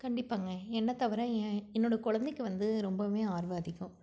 கண்டிப்பாங்க என்னைத் தவிர எ என்னோடய கொழந்தைக்கு வந்து ரொம்பவுமே ஆர்வம் அதிகம்